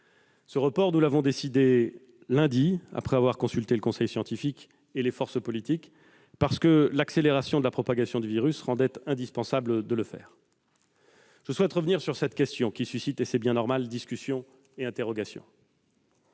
Ce report, nous l'avons décidé lundi après avoir consulté le conseil scientifique et les forces politiques, parce que l'accélération de la propagation du virus le rendait indispensable. Je souhaite revenir sur cette question qui suscite, et c'est bien normal, discussions et interrogations.